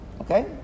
Okay